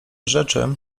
rzeczy